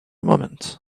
moment